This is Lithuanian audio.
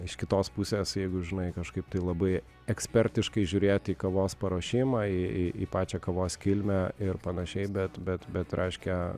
iš kitos pusės jeigu žinai kažkaip tai labai ekspertiškai žiūrėt į kavos paruošimą į į į pačią kavos kilmę ir panašiai bet bet bet reiškia